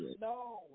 No